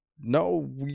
no